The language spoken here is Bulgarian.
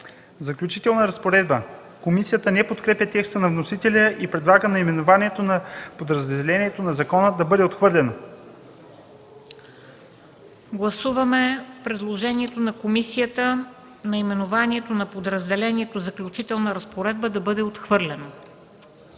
„Заключителна разпоредба”. Комисията не подкрепя текста на вносителя и предлага наименованието на подразделението на закона да бъде отхвърлено. ПРЕДСЕДАТЕЛ МЕНДА СТОЯНОВА: Гласуваме предложението на комисията наименованието на подразделението „Заключителна разпоредба” да бъде отхвърлено.